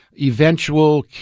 eventual